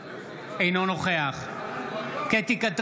יצחק שמעון וסרלאוף, בעד יאסר